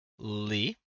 Lee